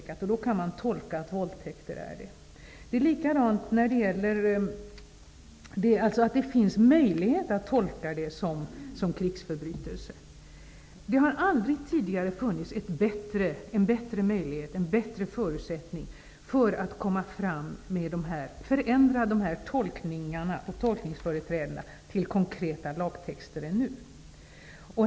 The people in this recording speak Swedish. Man kan tolka det som om våldtäkter är att betrakta som krigsförbrytelse. Det finns möjlighet att tolka våldtäkt som krigsförbrytelse. Det har aldrig tidigare funnits bättre förutsättningar för att förändra tolkningarna och tolkningsföreträdena till konkreta lagtexter än nu.